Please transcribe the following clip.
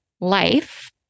life